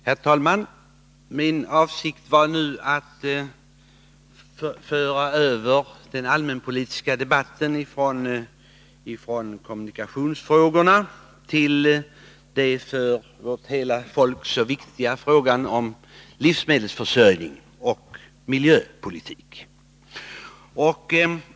Herr talman! Min avsikt är nu att föra över den allmänpolitiska debatten från kommunikationsfrågorna till de för hela vårt folk så viktiga frågorna om livsmedelförsörjningen och miljöpolitiken.